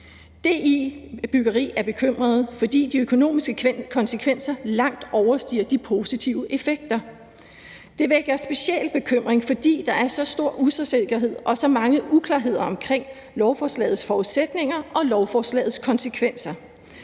er bekymret, fordi de økonomiske konsekvenser langt overstiger de positive effekter. Det vækker specielt bekymring, fordi der er så stor usikkerhed og så mange uklarheder omkring lovforslagets forudsætninger og lovforslagets konsekvenser.